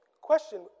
question